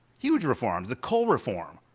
huge reforms, the coal reform.